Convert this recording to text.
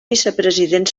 vicepresident